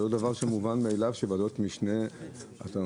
זה לא מובן מאליו שנותנים ועדות משנה לאופוזיציה.